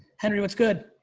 henry what's good?